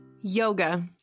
Yoga